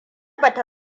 bata